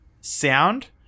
sound